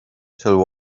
till